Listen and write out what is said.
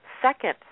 second